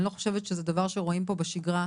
אני לא חושבת שזה דבר שרואים פה בשגרה,